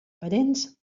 parents